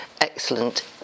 excellent